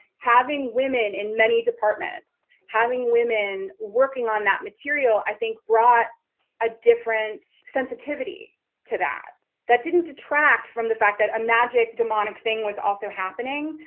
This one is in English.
having women in many departments, having women working on that material i think brought a different sensitivity to that that didn't detract from the fact that a magic demonic thing was also happening.